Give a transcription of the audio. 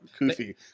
Kofi